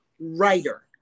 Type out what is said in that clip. writer